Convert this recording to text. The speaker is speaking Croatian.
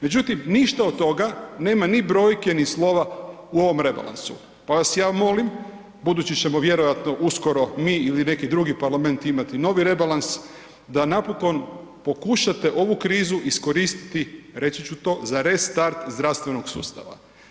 Međutim ništa od toga nema ni brojke i ni slova u ovom rebalansu pa vas ja molim budući ćemo vjerojatno uskoro mi ili neki drugi parlament imati novi rebalans, da napokon pokušate ovu krizu iskoristiti, reći ću to za restart zdravstvenog sustava.